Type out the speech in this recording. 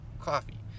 coffee